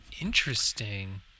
Interesting